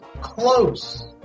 close